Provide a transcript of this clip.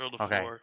Okay